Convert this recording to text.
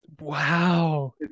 Wow